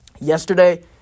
Yesterday